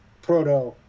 Proto